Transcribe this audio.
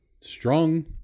Strong